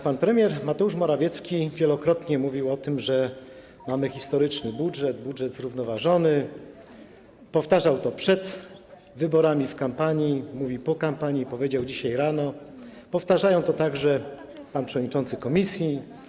Pan premier Mateusz Morawiecki wielokrotnie mówił o tym, że mamy historyczny budżet, budżet zrównoważony, powtarzał to przed wyborami, w kampanii, mówi po kampanii i powiedział dzisiaj rano, powtarzał to także pan przewodniczący komisji.